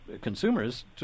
consumers